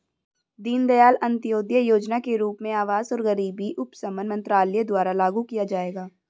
दीनदयाल अंत्योदय योजना के रूप में आवास और गरीबी उपशमन मंत्रालय द्वारा लागू किया जाएगा